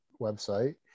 website